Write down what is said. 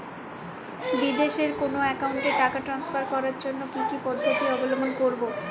বিদেশের কোনো অ্যাকাউন্টে টাকা ট্রান্সফার করার জন্য কী কী পদ্ধতি অবলম্বন করব?